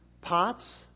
pots